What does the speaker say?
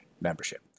membership